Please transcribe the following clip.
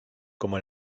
como